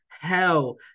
hell